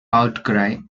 outcry